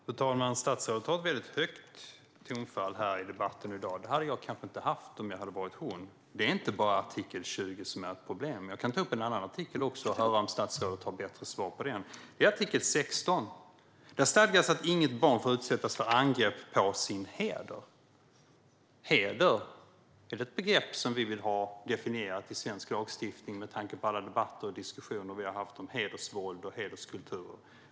Fru talman! Statsrådet har ett väldigt högt tonläge i debatten i dag. Det hade jag nog inte haft i hennes ställe. Det är inte bara artikel 20 som är ett problem. Jag kan ta upp en annan artikel och höra om statsrådet har bättre svar på den. Det är artikel 16. Där stadgas att inget barn får utsättas för angrepp på sin heder. Är "heder" ett begrepp som vi vill ha definierat i svensk lagstiftning med tanke på alla debatter och diskussioner vi har haft om hedersvåld och hederskultur?